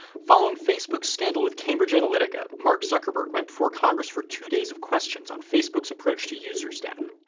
following facebook's scandal with cambridge analytica, mark zuckerberg went before congress for two days of questions on facebook's approach to users' data.